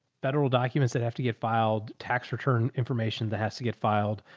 federal documents that have to get filed tax return information that has to get filed.